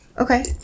Okay